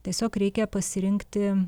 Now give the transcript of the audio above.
tiesiog reikia pasirinkti